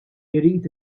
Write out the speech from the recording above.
irid